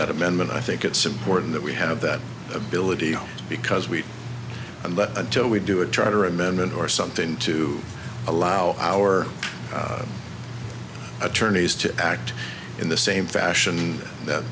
that amendment i think it's important that we have that ability because we and until we do a charter amendment or something to allow our attorneys to act in the same fashion that